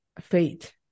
fate